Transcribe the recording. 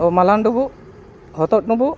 ᱢᱟᱞᱦᱟᱱ ᱰᱩᱢᱵᱩᱜ ᱦᱚᱛᱚᱫ ᱰᱩᱢᱵᱩᱜ